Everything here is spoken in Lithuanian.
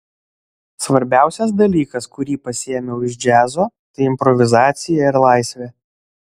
svarbiausias dalykas kurį pasiėmiau iš džiazo tai improvizacija ir laisvė